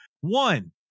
One